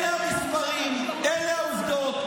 אלה המספרים, אלה העובדות.